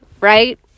right